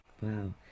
Wow